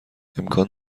امکان